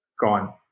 gone